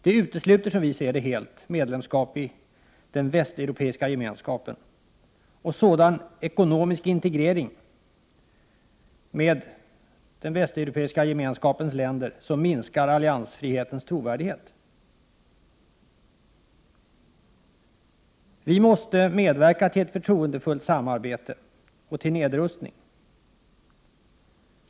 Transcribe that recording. Det utesluter, som vi ser det helt medlemskap i den västeuropeiska gemenskapen och sådan ekonomisk integrering med den västeuropeiska gemenskapens länder som minskar alliansfrihetens trovärdighet. Vi måste medverka till ett förtroendefullt samarbete och till nedrustning.